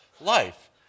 life